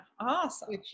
Awesome